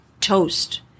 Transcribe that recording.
toast